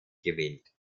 gewählt